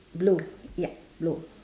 blue ya blue